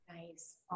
Nice